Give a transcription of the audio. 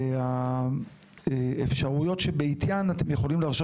ועל האפשרויות שבעטיין אתם יכולים להרשות